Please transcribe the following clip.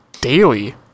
daily